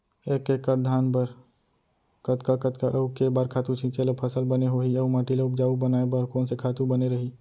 एक एक्कड़ धान बर कतका कतका अऊ के बार खातू छिंचे त फसल बने होही अऊ माटी ल उपजाऊ बनाए बर कोन से खातू बने रही?